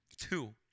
Two